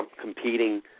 competing